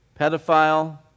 pedophile